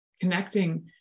Connecting